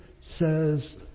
says